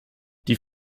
die